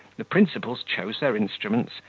the principals chose their instruments,